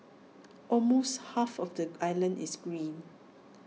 almost half of the island is green